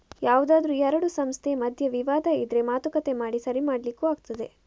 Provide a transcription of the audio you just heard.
ಯಾವ್ದಾದ್ರೂ ಎರಡು ಸಂಸ್ಥೆ ಮಧ್ಯೆ ವಿವಾದ ಇದ್ರೆ ಮಾತುಕತೆ ಮಾಡಿ ಸರಿ ಮಾಡ್ಲಿಕ್ಕೂ ಆಗ್ತದೆ